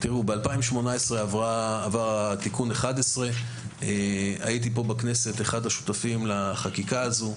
ב-2018 עבר תיקון 11. הייתי פה בכנסת אחד השותפים לחקיקה הזו.